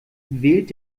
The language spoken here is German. wählt